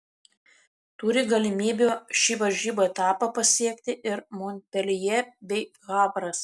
turi galimybių šį varžybų etapą pasiekti ir monpeljė bei havras